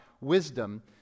wisdom